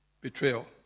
Betrayal